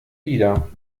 wieder